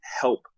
help